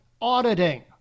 auditing